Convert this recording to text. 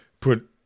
put